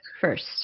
first